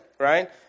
Right